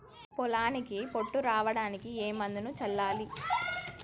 పొలానికి పొట్ట రావడానికి ఏ మందును చల్లాలి?